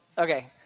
Okay